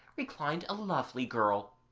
reclined a lovely girl,